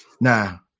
Now